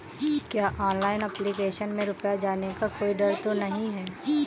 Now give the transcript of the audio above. क्या online application में रुपया जाने का कोई डर तो नही है?